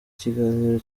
kiganiro